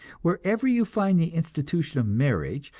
wherever you find the institution of marriage,